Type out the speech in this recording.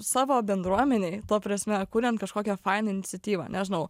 savo bendruomenėj ta prasme kuriant kažkokią fainą iniciatyvą nežinau